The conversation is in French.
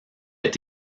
est